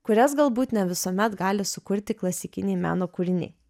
kurias galbūt ne visuomet gali sukurti klasikiniai meno kūriniai